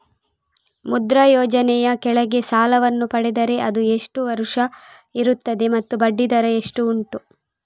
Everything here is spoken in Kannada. ಮುದ್ರಾ ಯೋಜನೆ ಯ ಕೆಳಗೆ ಸಾಲ ವನ್ನು ಪಡೆದರೆ ಅದು ಎಷ್ಟು ವರುಷ ಇರುತ್ತದೆ ಮತ್ತು ಬಡ್ಡಿ ದರ ಎಷ್ಟು ಉಂಟು?